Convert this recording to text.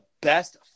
best